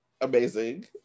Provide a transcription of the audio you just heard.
amazing